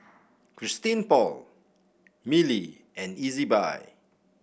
Christian Paul Mili and Ezbuy